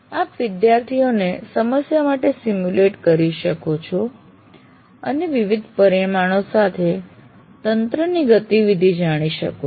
આપ વિદ્યાર્થીઓને સમસ્યા માટે સીમ્યુલેટ કરી શકો છો અને વિવિધ પરિમાણો સાથે તંત્રની ગતિવિધિ જાણી શકો છો